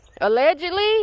allegedly